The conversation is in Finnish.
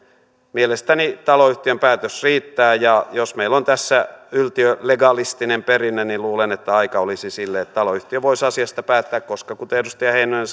mielestäni taloyhtiön päätös riittää ja jos meillä on tässä yltiölegalistinen perinne niin luulen että olisi aika sille että taloyhtiö voisi asiasta päättää koska kuten edustaja heinonen